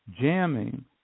jamming